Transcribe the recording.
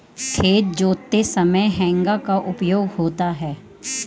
खेत जोतते समय हेंगा का उपयोग होता है